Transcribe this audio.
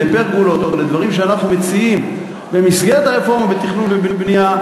לפרגולות או לדברים שאנחנו מציעים במסגרת הרפורמה בתכנון ובנייה,